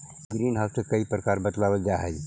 green house के कई प्रकार बतलावाल जा हई